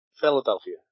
Philadelphia